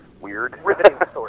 weird